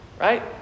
right